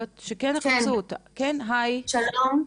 שלום.